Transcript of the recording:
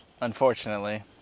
Unfortunately